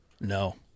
No